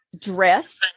dress